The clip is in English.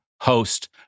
host